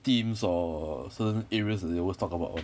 themes or certain areas that they always talk about lor